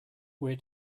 where